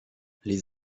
les